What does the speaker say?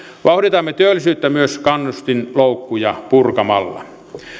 vauhditamme työllisyyttä myös kannustinloukkuja purkamalla